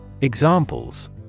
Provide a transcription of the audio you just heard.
Examples